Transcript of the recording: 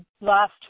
last